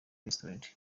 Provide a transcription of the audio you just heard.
restaurant